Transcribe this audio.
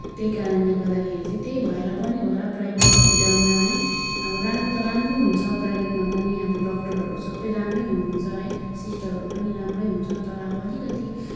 त्यही कारणले गर्दाखेरि चाहिँ त्यही भएर पनि होला प्राइभेट हस्पिटलमा है अब राम्रो त राम्रो हुन्छ प्राइभेटमा पनि डक्टरहरू सबै राम्रै हुनुहुन्छ है सिस्टरहरू पनि राम्रै हुन्छ तर अब अलिकति